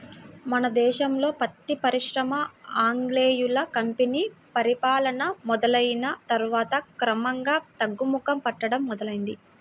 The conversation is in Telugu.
మన దేశంలో పత్తి పరిశ్రమ ఆంగ్లేయుల కంపెనీ పరిపాలన మొదలయ్యిన తర్వాత క్రమంగా తగ్గుముఖం పట్టడం మొదలైంది